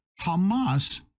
Hamas